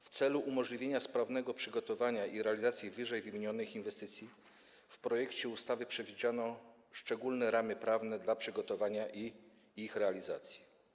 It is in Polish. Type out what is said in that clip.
W celu umożliwienia sprawnego przygotowania i realizacji ww. inwestycji w projekcie ustawy przewidziano szczególne ramy prawne dla przygotowania i ich realizacji.